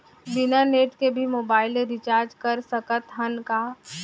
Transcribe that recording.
बिना नेट के भी मोबाइल ले रिचार्ज कर सकत हन का?